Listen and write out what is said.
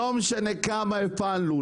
לא משנה כמה הפעלנו,